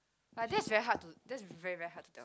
but that's very hard to that's very very hard to